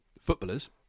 footballers